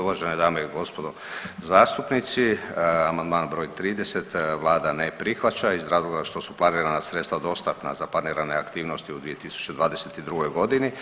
Uvažene dame i gospodo zastupnici, amandman broj 30. vlada ne prihvaća iz razloga što su planirana sredstva dostatna za planirane aktivnosti u 2022. godini.